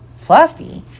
Fluffy